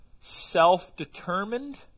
self-determined